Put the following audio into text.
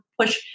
push